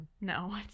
No